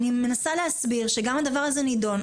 אני מנסה להסביר שגם הדבר הזה נידון.